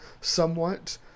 somewhat